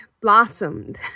blossomed